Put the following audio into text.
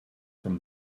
from